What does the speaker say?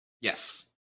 Yes